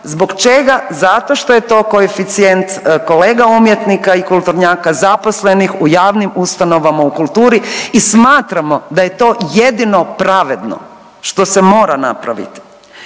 Zbog čega? Zato što je to koeficijent kolega umjetnika i kulturnjaka zaposlenih u javnim ustanovama u kulturi i smatramo da je to jedino pravedno što se mora napraviti.